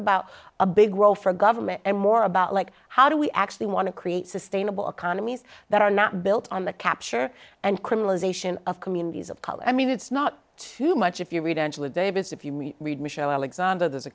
about a big role for government and more about like how do we actually want to create sustainable economies that are not built on the capture and criminalization of communities of color i mean it's not too much if you read angela davis if you read michelle alexander